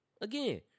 Again